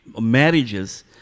marriages